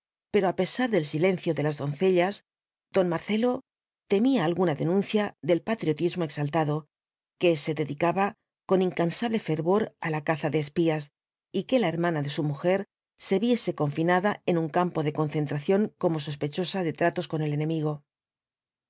pero á pesar del silencio de las doncellas don marcelo temía alguna denuncia del patriotismo exaltado que se dedicaba con incansable fervor á la caza de espías y que la hermana de su mujer se viese confinada en un campo de concentración como sospechosa de tratos con el enemigo la